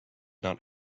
not